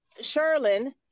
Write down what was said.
Sherlin